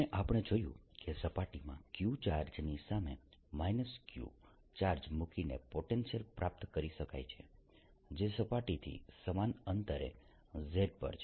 અને આપણે જોયું કે સપાટીમાં q ચાર્જની સામે q ચાર્જ મૂકીને પોટેન્શિયલ પ્રાપ્ત કરી શકાય છે જે સપાટીથી સમાન અંતરે z પર છે